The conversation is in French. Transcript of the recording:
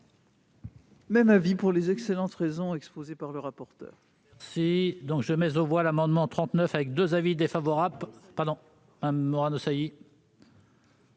Même avis, pour les excellentes raisons exposées par M. le rapporteur.